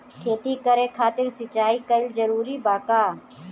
खेती करे खातिर सिंचाई कइल जरूरी बा का?